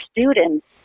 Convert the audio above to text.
students